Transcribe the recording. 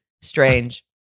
strange